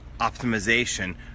optimization